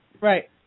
Right